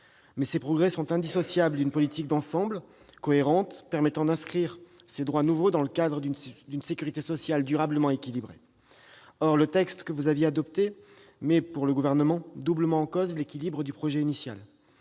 mais ces progrès sont indissociables d'une politique d'ensemble cohérente permettant d'inscrire ces droits nouveaux dans le cadre d'une sécurité sociale durablement équilibrée. Or le texte que vous aviez adopté mettait doublement en cause l'équilibre du projet initial.